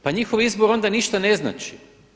Pa njihov izbor onda ništa ne znači.